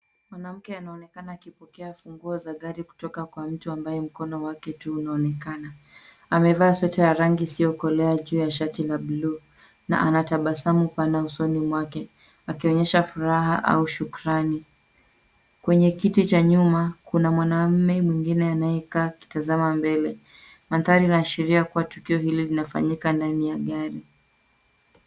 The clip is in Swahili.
Mwanamke anaonekana akipokea funguo za gari kutoka kwa mtu ambaye mkono wake tu unaonekana. Amevaa sweater ya rangi isiyokolea juu ya shati la bluu na anatabasamu pana usoni mwake akionyesha furaha au shukrani. Kwenye kiti cha nyuma kuna mwanamme mwingine anayekaa akitazama mbele. Mandhari inaashiria kuwa tukio hili linafanyika ndani ya gari.